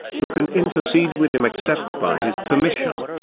who can intercede with him except by his permission?